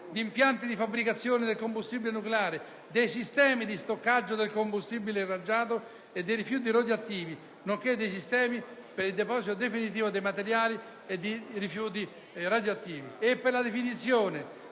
di impianti di fabbricazione del combustibile nucleare, di sistemi di stoccaggio del combustibile irraggiato e dei rifiuti radioattivi, nonché di sistemi per il deposito definitivo dei materiali e rifiuti radioattivi